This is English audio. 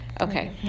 Okay